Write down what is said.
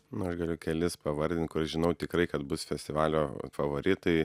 nu aš galiu kelis pavardint kur žinau tikrai kad bus festivalio favoritai